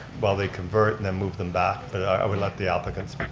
while they convert and then move them back but i would let the applicants